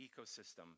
ecosystem